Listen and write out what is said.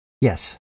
Yes